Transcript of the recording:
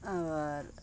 আবার